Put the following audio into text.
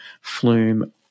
Flume